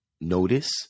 notice